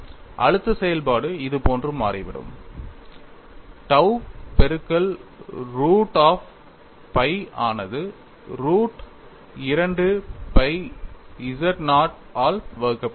அழுத்த செயல்பாடு இதுபோன்று மாறிவிடும் tau பெருக்கல் ரூட் pi ஆனது ரூட் 2 pi z நாட் ஆல் வகுக்கப்படுகிறது